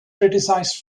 criticized